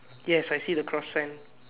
yes I see the cross sign